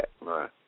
right